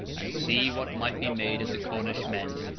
and see what might be made of the cornish men,